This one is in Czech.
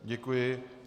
Děkuji.